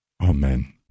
Amen